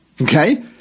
Okay